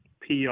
PR